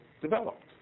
developed